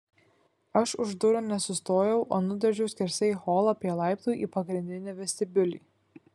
aš už durų nesustojau o nudrožiau skersai holą prie laiptų į pagrindinį vestibiulį